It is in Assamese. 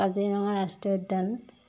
কাজিৰঙা ৰাষ্ট্ৰীয় উদ্যান